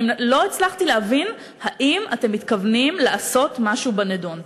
אני לא הצלחתי להבין אם אתם מתכוונים לעשות משהו בנדון.